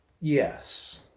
yes